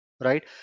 right